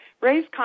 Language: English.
raise